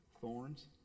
Thorns